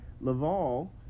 Laval